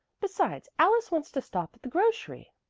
besides, alice wants to stop at the grocery.